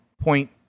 point